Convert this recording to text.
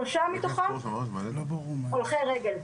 שלושה מתוכם הולכי רגל.